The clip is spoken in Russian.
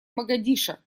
могадишо